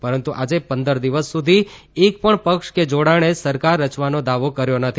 પરંતુ આજે પંદર દિવસ સુધી એકપણ પક્ષ કે જોડાણે સરકાર રચવાનો દાવો કર્યો નથી